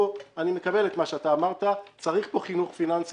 פה אני מקבל את מה שאמרת צריך פה חינוך פיננסי,